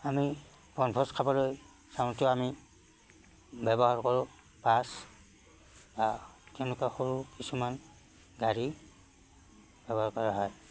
আমি বনভোজ খাবলৈ যাওঁতেও আমি ব্যৱহাৰ কৰোঁ বাছ বা তেনেকুৱা সৰু কিছুমান গাড়ী ব্যৱহাৰ কৰা হয়